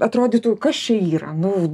atrodytų kas čia yra nu